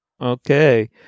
Okay